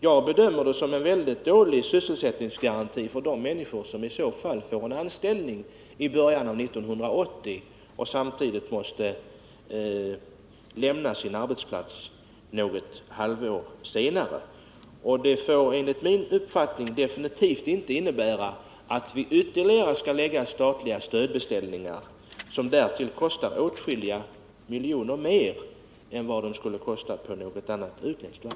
Jag bedömer det som en mycket dålig sysselsättningsgaranti för de människor som i så fall får en anställning i början av 1980 och samtidigt måste lämna sin arbetsplats något halvår senare. Det får enligt min uppfattning definitivt inte innebära att vi skall lägga ut ytterligare statliga stödbeställningar, som därtill kostar åtskilliga miljoner kronor mer än de skulle ha kostat på något annat, utländskt varv.